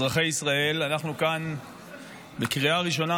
אזרחי ישראל, אנחנו כאן לקריאה הראשונה.